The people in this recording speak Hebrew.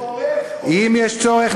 אם יש צורך,